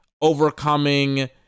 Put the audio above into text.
overcoming